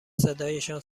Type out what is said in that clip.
صدایشان